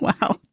Wow